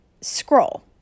scroll